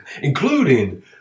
including